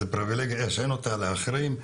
זו פריבילגיה שאין אותה לאחרים.